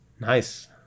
Nice